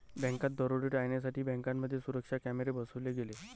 बँकात दरोडे टाळण्यासाठी बँकांमध्ये सुरक्षा कॅमेरे बसवले गेले